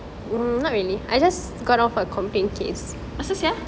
pasal sia